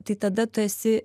tai tada tu esi